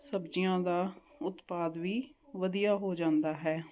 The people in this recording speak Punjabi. ਸਬਜ਼ੀਆਂ ਦਾ ਉਤਪਾਦ ਵੀ ਵਧੀਆ ਹੋ ਜਾਂਦਾ ਹੈ